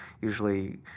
usually